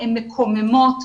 היא מקוממת.